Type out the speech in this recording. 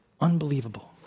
unbelievable